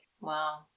Wow